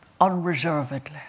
unreservedly